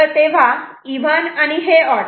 तेव्हा इव्हन आणि हे ऑड